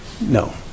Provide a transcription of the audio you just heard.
No